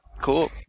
cool